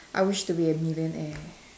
I wish to be a millionaire